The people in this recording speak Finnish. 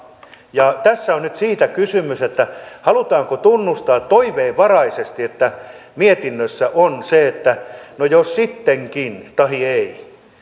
ja tai tässä on nyt siitä kysymys halutaanko tunnustaa toiveenvaraisesti että mietinnössä on se no jos sittenkin tahi ei